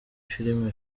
film